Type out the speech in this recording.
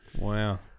wow